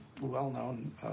well-known